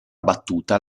battuta